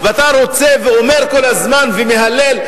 ואתה רוצה ואומר כל הזמן ומהלל: